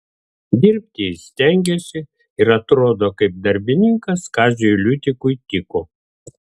dirbti jis stengėsi ir atrodo kaip darbininkas kaziui liutikui tiko